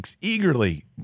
eagerly